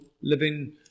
living